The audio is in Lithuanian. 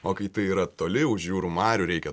o kai tai yra toli už jūrų marių reikia